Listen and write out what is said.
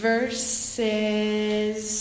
Verses